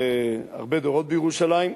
הרבה דורות בירושלים.